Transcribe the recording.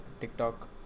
Tiktok